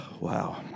Wow